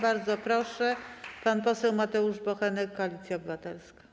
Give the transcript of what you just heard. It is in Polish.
Bardzo proszę, pan poseł Mateusz Bochenek, Koalicja Obywatelska.